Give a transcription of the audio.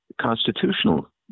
constitutional